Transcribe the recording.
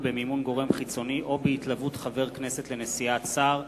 במימון גורם חיצוני או בהתלוות חבר כנסת לנסיעת שר.